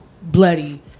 Bloody